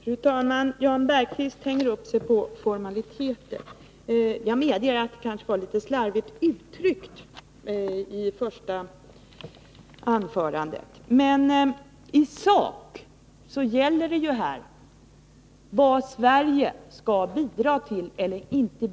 Fru talman! Jan Bergqvist hänger upp sig på formaliteter. Men jag medger att jag kanske uttryckte mig litet slarvigt i mitt första anförande. I sak gäller det ju vad Sverige skall bidra till eller inte.